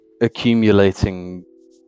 accumulating